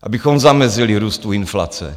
Abychom zamezili růstu inflace.